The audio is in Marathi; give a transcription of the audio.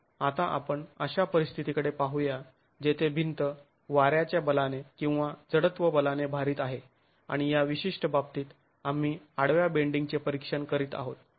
आता आपण अशा परिस्थितीकडे पाहूया येथे भिंत वाऱ्याच्या बलाने किंवा जडत्व बलाने भारित आहे आणि या विशिष्ट बाबतीत आम्ही आडव्या बेंडींगचे परीक्षण करीत आहोत